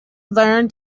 learn